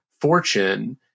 fortune